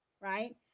right